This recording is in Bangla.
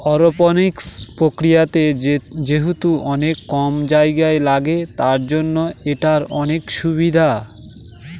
অরওপনিক্স প্রক্রিয়াতে যেহেতু অনেক কম জায়গা লাগে, তার জন্য এটার অনেক সুবিধা